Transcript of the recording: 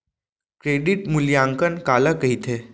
Credit मूल्यांकन काला कहिथे?